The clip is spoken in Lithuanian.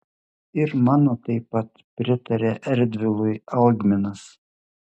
ir mano taip pat pritarė erdvilui algminas